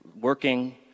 working